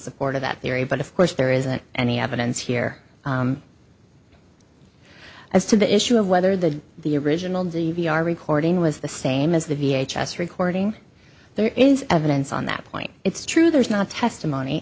support of that theory but of course there isn't any evidence here as to the issue of whether the the original d v r recording was the same as the v h s recording there is evidence on that point it's true there is not testimony